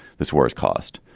this war has cost.